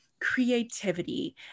creativity